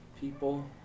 people